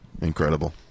Incredible